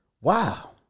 wow